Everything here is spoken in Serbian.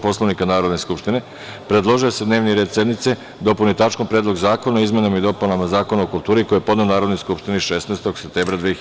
Poslovnika Narodne skupštine, predložio je da se dnevni red sednice dopuni tačkom – Predlog zakona o izmenama i dopuni Zakona o kulturi, koji je podneo Narodnoj skupštini 16. septembra 2016. godine.